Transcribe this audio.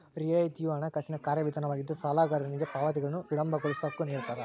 ರಿಯಾಯಿತಿಯು ಹಣಕಾಸಿನ ಕಾರ್ಯವಿಧಾನವಾಗಿದ್ದು ಸಾಲಗಾರನಿಗೆ ಪಾವತಿಗಳನ್ನು ವಿಳಂಬಗೊಳಿಸೋ ಹಕ್ಕು ನಿಡ್ತಾರ